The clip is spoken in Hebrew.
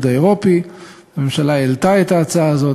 האירופי העלתה הממשלה את ההצעה הזאת,